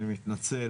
אני מתנצל